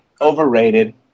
Overrated